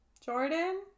Jordan